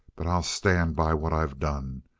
but i'll stand by what i've done.